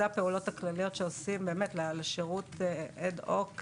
אלו הפעולות הכלליות שעושים באמת לשירות אד-הוק,